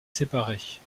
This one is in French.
séparés